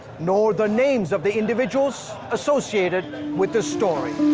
nor the names of the individuals associated with this story.